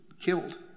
killed